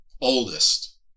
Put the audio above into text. oldest